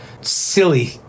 silly